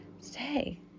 stay